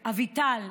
אביטל,